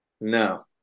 No